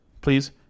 please